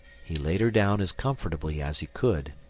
he laid her down as comfortably as he could,